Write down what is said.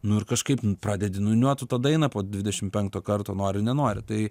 nu ir kažkaip pradedi niūniuot tu tą dainą po dvidešimt penkto karto nori nenori tai